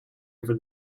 over